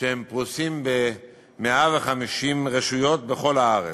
שפרוסים ב-150 רשויות בכל הארץ.